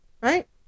right